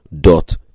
dot